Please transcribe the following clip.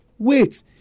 Wait